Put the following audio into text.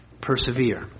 persevere